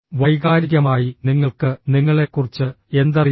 വൈകാരികമായി നിങ്ങൾക്ക് നിങ്ങളെക്കുറിച്ച് എന്തറിയാം